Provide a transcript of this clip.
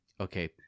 okay